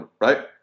right